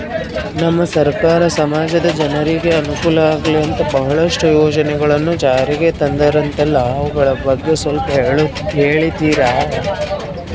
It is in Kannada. ನಮ್ಮ ಸರ್ಕಾರ ಸಮಾಜದ ಜನರಿಗೆ ಅನುಕೂಲ ಆಗ್ಲಿ ಅಂತ ಬಹಳಷ್ಟು ಯೋಜನೆಗಳನ್ನು ಜಾರಿಗೆ ತಂದರಂತಲ್ಲ ಅವುಗಳ ಬಗ್ಗೆ ಸ್ವಲ್ಪ ಹೇಳಿತೀರಾ?